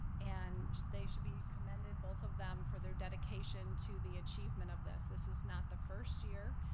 and they should be commended, both of them, for their dedication to the achievement of this. this is not the first year,